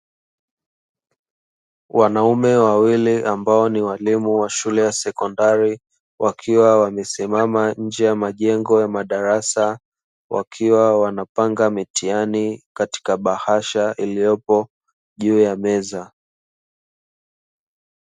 Wanaume wawili ambao ni walimu wa shule ya sekondari, wakiwa wamesimama nje ya majengo ya madarasa, wakiwa wanapanga mitihani katika bahasha iliyopo juu ya meza.